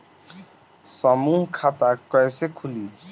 समूह खाता कैसे खुली?